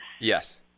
Yes